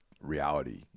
reality